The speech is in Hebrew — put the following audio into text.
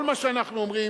כל מה שאנחנו אומרים,